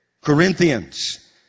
Corinthians